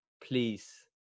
please